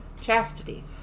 chastity